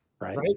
right